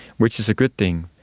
which is a good thing.